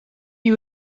you